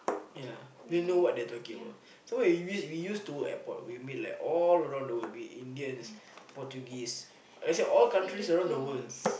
ya don't even know what they are talking about so when we used to work airport we meet like all around the world be it Indians Portuguese let's say all countries around the world